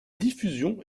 diffusion